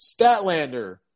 Statlander